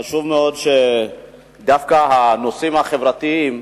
חשוב מאוד שדווקא הנושאים החברתיים,